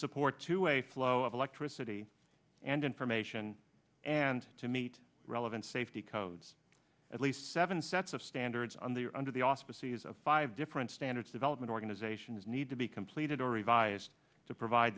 support to a flow of electricity and information and to meet relevant safety codes at least seven sets of standards on the under the auspices of five different standards development organizations need to be completed or revised to provide